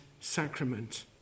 sacrament